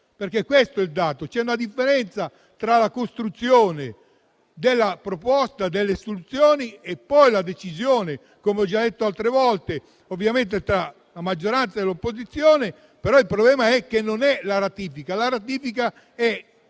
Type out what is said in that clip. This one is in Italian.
questo è il dato. C'è una differenza tra la costruzione della proposta, delle soluzioni e la decisione, come ho già detto altre volte, ovviamente tra la maggioranza e l'opposizione, però il problema è che ratificare significa